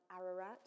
Ararat